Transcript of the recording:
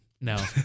no